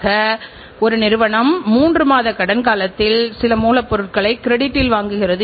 எனவே வெற்றிக்கு நல்ல தரமான தயாரிப்பு முக்கிய காரணமாகும்